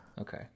okay